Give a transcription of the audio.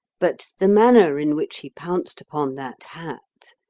but the manner in which he pounced upon that hat,